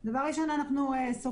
למה אתם לא מגישים